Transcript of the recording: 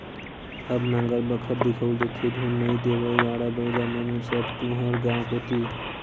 अब नांगर बखर दिखउल देथे धुन नइ देवय गाड़ा बइला मन सब तुँहर गाँव कोती